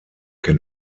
can